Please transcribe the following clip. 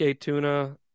tuna